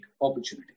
opportunity